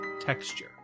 texture